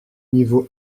niveau